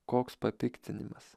koks papiktinimas